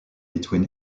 between